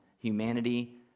humanity